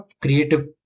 creative